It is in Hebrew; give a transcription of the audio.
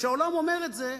וכשהעולם אומר את זה,